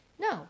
No